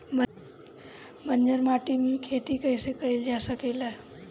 बंजर माटी में खेती कईसे कईल जा सकेला?